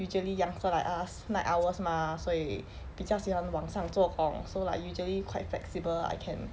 usually youngsters like us night owls mah 所以比较喜欢晚上做工 so like usually quite flexible I can